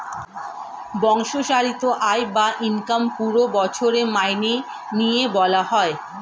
বাৎসরিক আয় বা ইনকাম পুরো বছরের মাইনে নিয়ে বলা হয়